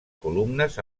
columnes